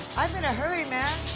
i'm in a hurry, man.